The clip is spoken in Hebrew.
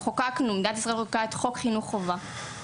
מדינת ישראל חוקקה את חוק חינוך חובה חינם,